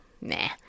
Nah